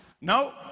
No